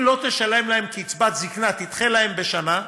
אם לא תשלם להן קצבת זיקנה, תדחה להן בשנה,